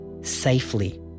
safely